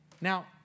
Now